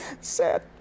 Sad